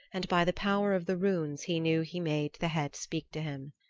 and by the power of the runes he knew he made the head speak to him.